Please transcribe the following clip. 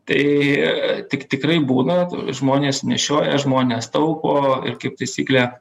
tai tik tikrai būna žmonės nešioja žmonės taupo ir kaip taisyklė